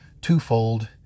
twofold